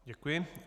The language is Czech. Děkuji.